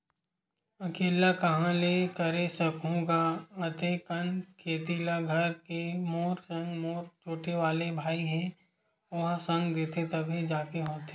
अकेल्ला काँहा ले करे सकहूं गा अते कन खेती ल घर के मोर संग मोर छोटे वाले भाई हे ओहा संग देथे तब जाके होथे